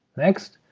next,